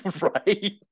Right